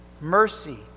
mercy